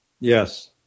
Yes